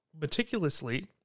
meticulously